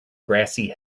grassy